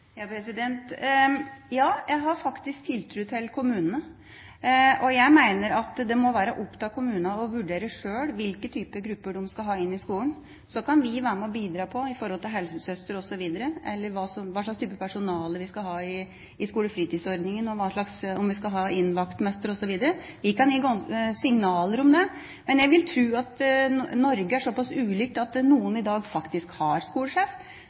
Ja, jeg har faktisk tiltro til kommunene, og jeg mener at det må være opp til kommunene å vurdere sjøl hvilke typer grupper de skal ha inn i skolen. Så kan vi være med og bidra i forhold til helsesøster osv., eller hva slags type personale vi skal ha i skolefritidsordningen, og om vi skal ha inn vaktmester osv. Vi kan gi signaler om det. Men jeg vil tro at Norge er såpass ulikt at noen i dag faktisk har skolesjef,